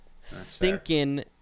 stinking